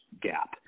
gap